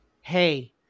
hey